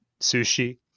sushi